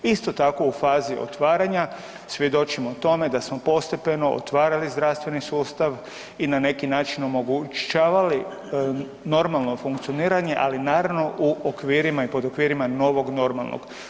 Isto tako u fazi otvaranja svjedočimo tome da smo postepeno otvarali zdravstveni sustav i na neki način omogućavali normalno funkcioniranje, ali naravno u okvirima i pod okvirima novog normalnog.